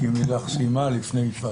רק אם לילך סיימה את דבריה.